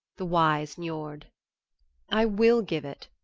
the wise niord. i will give it,